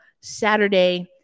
Saturday